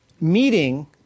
meeting